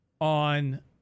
on